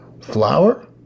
flour